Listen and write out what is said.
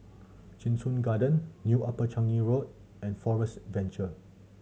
Cheng Soon Garden New Upper Changi Road and Forest Adventure